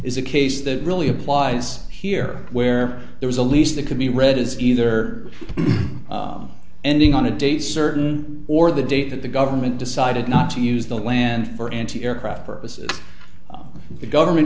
is a case that really applies here where there is a lease that could be read as either ending on a date certain or the date that the government decided not to use the land for anti aircraft purposes the government